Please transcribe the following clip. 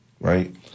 right